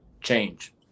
change